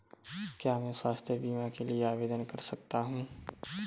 क्या मैं स्वास्थ्य बीमा के लिए आवेदन कर सकता हूँ?